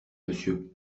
monsieur